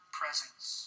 presence